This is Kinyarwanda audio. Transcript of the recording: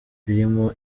birimo